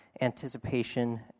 anticipation